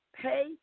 pay